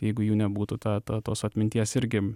jeigu jų nebūtų ta ta tos atminties irgi